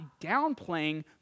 downplaying